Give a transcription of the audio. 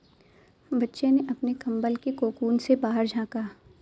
बच्चे ने अपने कंबल के कोकून से बाहर झाँका